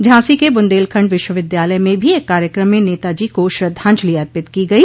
झांसी के बुन्देलखंड विश्वविद्यालय में भी एक कार्यक्रम में नेताजी को श्रद्वाजंलि अर्पित की गई